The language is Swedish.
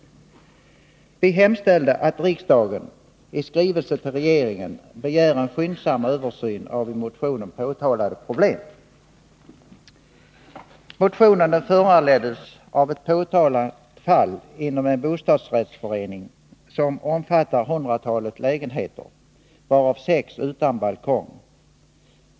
Vi hemställer att riksdagen i skrivelse till regeringen begär en skyndsam översyn av i motionen påtalade problem. Motionen föranleddes av ett påtalat fall inom en bostadsrättsförening som omfattar hundratalet lägenheter, varav sex utan balkong.